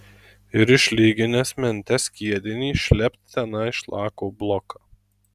ir išlyginęs mente skiedinį šlept tenai šlako bloką